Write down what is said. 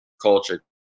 culture